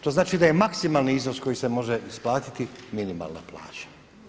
To znači da je maksimalni iznos koji se može isplatiti minimalna plaća.